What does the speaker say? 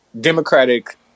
Democratic